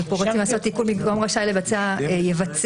בבקשה?